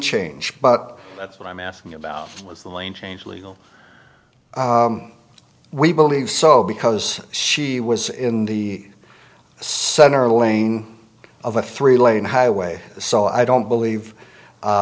change but that's what i'm asking about was the lane change legal we believe so because she was in the center lane of a three lane highway so i don't believe